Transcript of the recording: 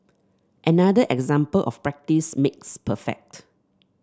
another example of practice makes perfect